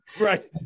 Right